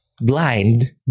blind